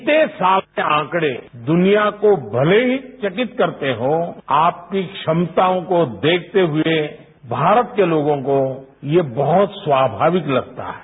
शैते साल में आंकरे दुनिया को मले सी चकित करते हो आपकी धमताओं को देखते हुए मास्त के लोगों को ये बहुत स्वभाविक लगता है